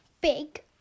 big